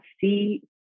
see